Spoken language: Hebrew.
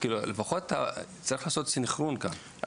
לפחות צריך לעשות סנכרון כאן.